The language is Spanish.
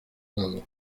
lados